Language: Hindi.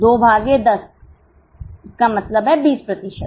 2 भागे 10 इसका मतलब है 20 प्रतिशत